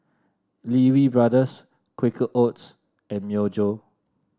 Lee Wee Brothers Quaker Oats and Myojo